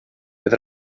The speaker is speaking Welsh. bydd